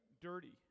dirty